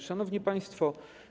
Szanowni Państwo!